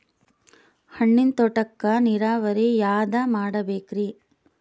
ಹಣ್ಣಿನ್ ತೋಟಕ್ಕ ನೀರಾವರಿ ಯಾದ ಮಾಡಬೇಕ್ರಿ?